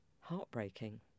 heartbreaking